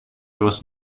was